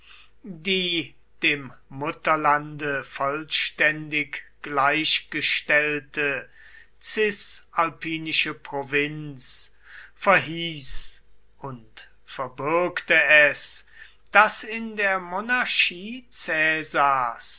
die dem mutterlande vollständig gleichgestellte cisalpinische provinz verhieß und verbürgte es daß in der monarchie